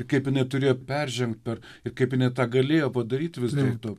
kaip jinai turėjo peržengt per ir kaip jinai tą galėjo padaryt vis dėlto